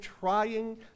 trying